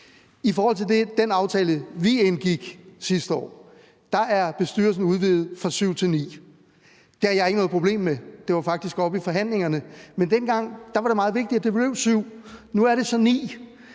I forhold til den aftale, vi indgik sidste år, er bestyrelsen udvidet fra 7 til 9 medlemmer. Det har jeg ikke noget problem med – det var faktisk oppe under forhandlingerne. Men dengang var det meget vigtigt, at det blev 7 – nu er det så 9.